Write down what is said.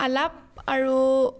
আলাপ আৰু